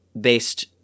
based